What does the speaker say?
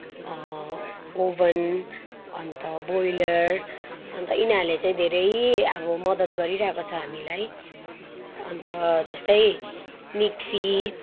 oven अन्त boiler अन्त यिनीहरले चाहिँ धेरै अब मद्दत गरिरहेको छ हामीलाई अन्त जस्तै मिक्सी